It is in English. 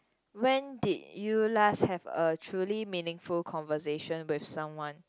when did you last have a truly meaningful conversation with someone